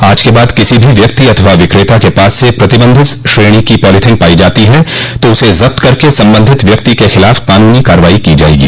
आज के बाद किसी भी व्यक्ति अथवा विकेता के पास से प्रतिबंधित श्रेणी की पॉलिथीन पाई जाती है तो उसे जब्त करके संबंधित व्यक्ति के खिलाफ कानूनी कार्रवाई की जायेगी